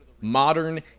Modern